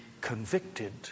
convicted